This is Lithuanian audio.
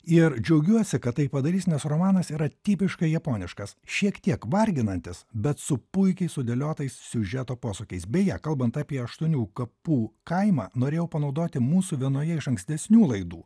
ir džiaugiuosi kad tai padarys nes romanas yra tipiškai japoniškas šiek tiek varginantis bet su puikiai sudėliotais siužeto posūkiais beje kalbant apie aštuonių kapų kaimą norėjau panaudoti mūsų vienoje iš ankstesnių laidų